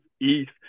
East